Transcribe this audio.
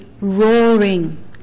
Roaring